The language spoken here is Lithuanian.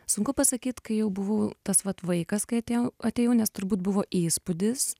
sunku pasakyt kai jau buvau tas vat vaikas kai atėjau atėjau nes turbūt buvo įspūdis